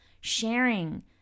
sharing